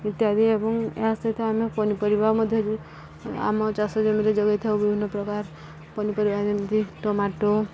ଇତ୍ୟାଦି ଏବଂ ଏହା ସହିତ ଆମେ ପନିପରିବା ମଧ୍ୟ ଆମ ଚାଷ ଜମିରେ ଯୋଗେଇଥାଉ ବିଭିନ୍ନ ପ୍ରକାର ପନିପରିବା ଯେମିତି ଟମାଟୋ